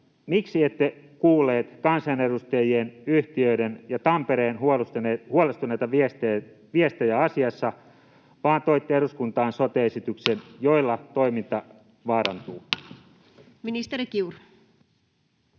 miksi ette kuullut kansanedusta-jien, yhtiöiden ja Tampereen huolestuneita viestejä asiassa vaan toitte eduskuntaan sote-esityksen, jolla toiminta vaarantuu? [Speech 88]